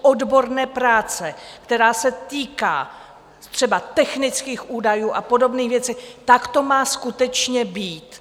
U odborné práce, která se týká třeba technických údajů a podobných věcí, tak to má skutečně být.